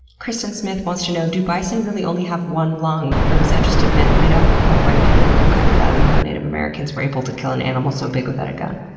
kristin smith wants to know do bison really only have one lung? or was that a myth made up by white people who couldn't fathom how native americans were able to kill an animal so big without a gun?